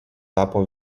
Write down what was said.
tapo